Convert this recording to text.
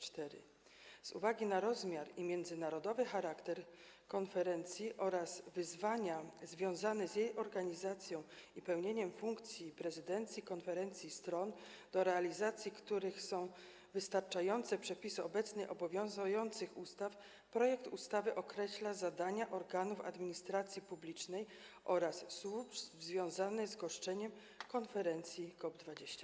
Z uwagi na rozmiar i międzynarodowy charakter konferencji oraz wyzwania związane z jej organizacją i pełnieniem funkcji prezydencji konferencji stron, do realizacji których nie są wystarczające przepisy obecnie obowiązujących ustaw, projekt ustawy określa zadania organów administracji publicznej oraz służb związane z goszczeniem konferencji COP24.